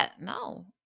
No